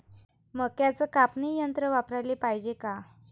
मक्क्याचं कापनी यंत्र वापराले पायजे का?